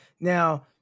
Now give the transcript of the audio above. Now